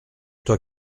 toi